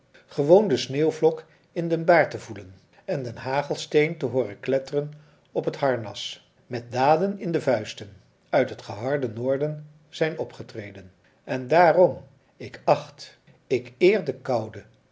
gewoon de sneeuwvlok in den baard te voelen en den hagelsteen te hooren kletteren op het harnas met daden in de vuisten uit het geharde noorden zijn opgetreden en daarom ik acht ik eer de koude